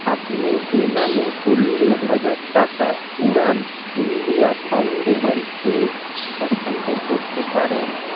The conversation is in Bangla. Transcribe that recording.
আপনি বেনামে চল্লিশ হাজার টাকা উড়ান ইন্ডিয়া ফাউন্ডেশন এ হস্তান্তর করতে পারেন